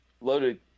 loaded